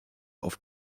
auf